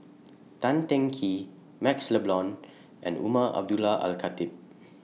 Tan Teng Kee MaxLe Blond and Umar Abdullah Al Khatib